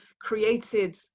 created